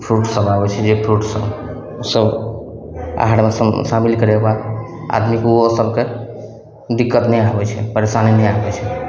fruit सभ आबय छै जे फ्रूट सभ उ सभ आहारमे शामिल करेबाक आदमीके ओहो सभके दिक्कत नहि आबय छै परेशानी नहि आबय छै